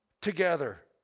together